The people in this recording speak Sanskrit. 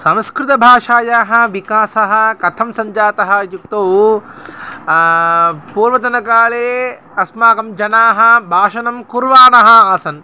संस्कृतभाषायाः विकासः कथं सञ्जातः इत्युक्तौ पूर्वतनकाले अस्माकं जनाः भाषणं कुर्वाणः आसन्